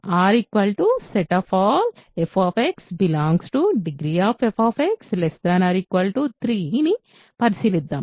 R fdeg f 3 ని పరిశీలిద్దాం